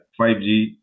5G